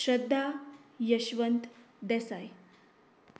Shraddha Yashwant Desai